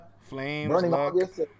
Flames